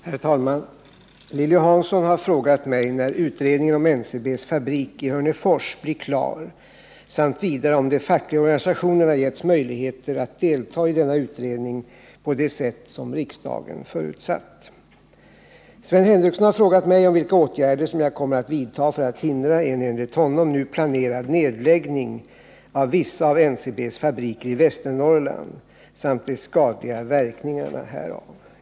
Herr talman! Lilly Hansson har frågat mig när utredningen om NCB:s fabrik i Hörnefors blir klar samt vidare om de fackliga organisationerna getts möjligheter att delta i denna utredning på det sätt som riksdagen förutsatt. Sven Henricsson har frågat mig vilka åtgärder som jag kommer att vidtaga för att hindra en enligt honom nu planerad nedläggning av vissa av NCB:s fabriker i Västernorrland samt de skadliga verkningarna härav.